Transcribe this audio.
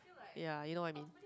ya you know what I mean